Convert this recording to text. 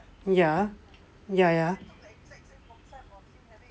ya ya ya